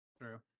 True